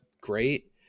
great